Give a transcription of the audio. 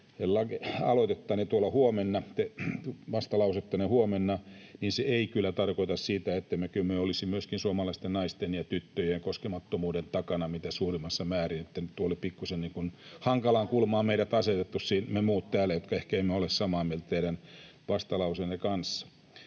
allekirjoittaisi teidän vastalausettanne huomenna, niin se ei kyllä tarkoita sitä, ettemmekö myöskin me olisi suomalaisten naisten ja tyttöjen koskemattomuuden takana mitä suurimmassa määrin [Mika Niikko: Ette täysin, vain osin!] — oli pikkuisen hankalaan kulmaan asetettu meidät muut täällä, jotka ehkä emme ole samaa mieltä teidän vastalauseenne kanssa.